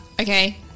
okay